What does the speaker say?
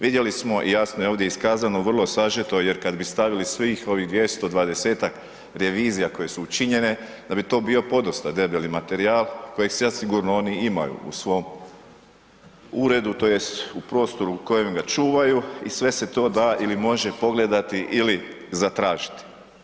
Vidjeli smo, jasno je ovdje iskazano, vrlo sažeto, jer kad bi stavili svih ovih 220-ak revizija koje su učinjene, da bi to bio podosta debeli materijal, kojeg zasigurno oni imaju u svom uredu, tj. u prostoru kojem ga čuvaju i sve se to da ili može pogledati ili zatražiti.